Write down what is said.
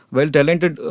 Well-talented